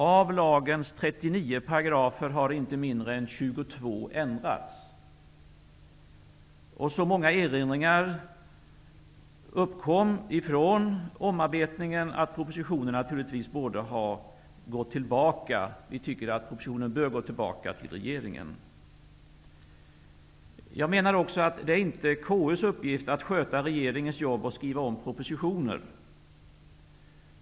Av lagens 39 paragrafer har inte mindre än 22 ändrats. Så många erinringar uppkom vid omarbetningen att vi anser att propositionen bör gå tillbaka till regeringen. Jag menar också att det inte är konstitutionsutskottets uppgift att sköta regeringens jobb att skriva om propositioner.